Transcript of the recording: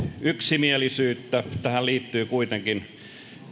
yksimielisyyttä tähän liittyy kuitenkin